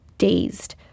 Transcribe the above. dazed